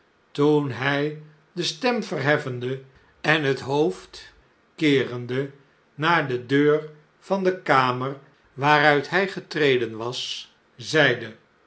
toen hg de stem verheffende en het hoofd keerende naar de deur van de kamer waaruit hfl getreden was zeide